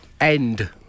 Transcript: end